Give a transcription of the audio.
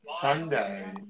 Sunday